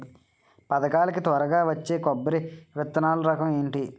పథకాల కి త్వరగా వచ్చే కొబ్బరి విత్తనాలు రకం ఏంటి?